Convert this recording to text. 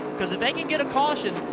because if they can get a caution,